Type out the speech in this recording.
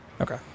Okay